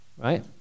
right